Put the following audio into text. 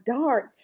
dark